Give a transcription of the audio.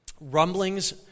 Rumblings